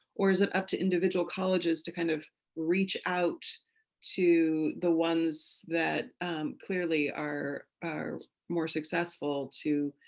or is it up to individual colleges to kind of reach out to the ones that clearly are are more successful to,